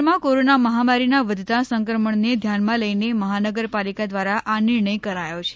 શહેરમાં કોરના મહામારીના વધતા સંક્રમણને ધ્યાનમાં લઈને મહાનગરપાલિકા દ્વારા આ નિર્ણય કરાયો છે